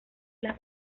las